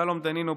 שלום דנינו,